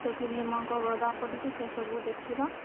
ସେଠି ଭୀମଙ୍କ ଗଦା ପଡ଼ିଛି ସେସବୁ ଦେଖିବା